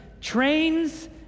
Trains